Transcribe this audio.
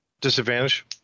Disadvantage